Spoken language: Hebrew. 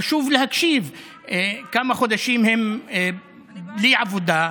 חשוב להקשיב כמה חודשים הם בלי עבודה,